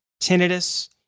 tinnitus